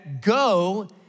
go